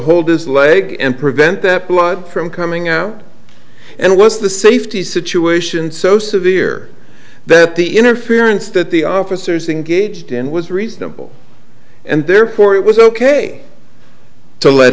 hold his leg and prevent that blood from coming out and was the safety situation so severe that the interference that the officers engaged in was reasonable and therefore it was ok to let